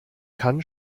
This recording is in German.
kann